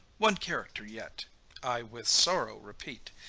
one character yet i with sorrow repeat,